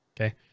Okay